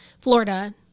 Florida